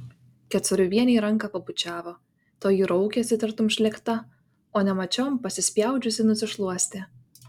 kecoriuvienei ranką pabučiavo toji raukėsi tartum šlėkta o nemačiom pasispjaudžiusi nusišluostė